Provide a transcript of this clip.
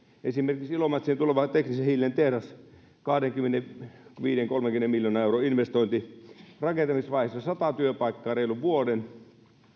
esimerkiksi ilomantsiin tuleva teknisen hiilen tehdas kahdenkymmenenviiden viiva kolmenkymmenen miljoonan euron investointi rakentamisvaiheessa sata työpaikkaa reilun vuoden